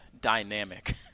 dynamic